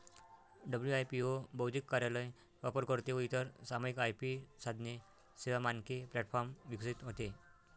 WIPO बौद्धिक कार्यालय, वापरकर्ते व इतर सामायिक आय.पी साधने, सेवा, मानके प्लॅटफॉर्म विकसित होते